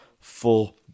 Full